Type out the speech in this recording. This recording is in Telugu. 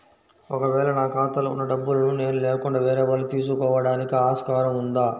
ఒక వేళ నా ఖాతాలో వున్న డబ్బులను నేను లేకుండా వేరే వాళ్ళు తీసుకోవడానికి ఆస్కారం ఉందా?